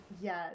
Yes